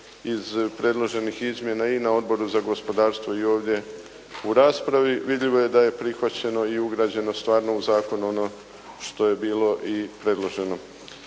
iz predloženih izmjena i na Odboru za gospodarstvo i ovdje u raspravi. Vidljivo je da je prihvaćeno i ugrađeno stvarno u zakonu ono što je bilo i predloženo.